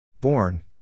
Born